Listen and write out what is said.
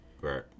right